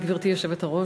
גברתי היושבת-ראש,